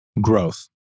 growth